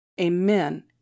Amen